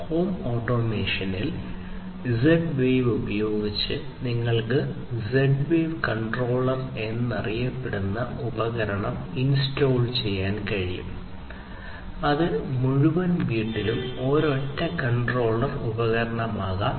home ഓട്ടോമേഷനിൽ Z wave ഉപയോഗിച്ച് നിങ്ങൾക്ക് Z വേവ് കൺട്രോളർ എന്നറിയപ്പെടുന്ന ഉപകരണം ഇൻസ്റ്റാൾ ചെയ്യാൻ കഴിയും അത് മുഴുവൻ വീട്ടിലും ഒരൊറ്റ കൺട്രോളർ ഉപകരണമാകാം